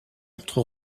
contre